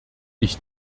ich